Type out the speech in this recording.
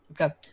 Okay